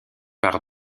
par